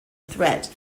threat